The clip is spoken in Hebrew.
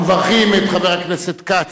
אנחנו מברכים את חבר הכנסת כץ,